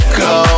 go